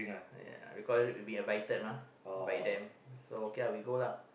uh recall we invited mah by them so okay ah we go lah